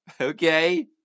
Okay